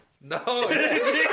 No